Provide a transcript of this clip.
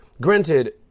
Granted